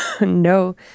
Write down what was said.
No